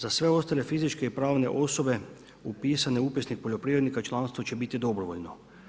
Za sve ostale fizičke i pravne osobe upisane u Upisnik poljoprivrednika članstvo će biti dobrovoljno.